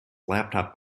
laptop